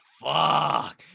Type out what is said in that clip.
fuck